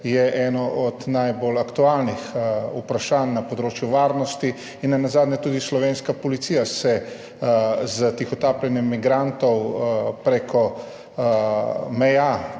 je eno od najbolj aktualnih vprašanj na področju varnosti in nenazadnje se tudi slovenska policija s tihotapljenjem migrantov preko meja